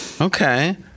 Okay